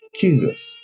Jesus